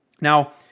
Now